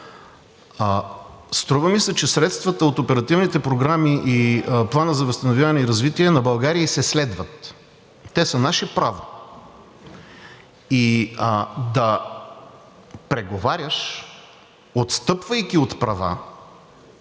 Струва ми се, че средствата от оперативните програми и Плана за възстановяване и развитие на България ѝ се следват, те са наше право. И да преговаряш, отстъпвайки от права,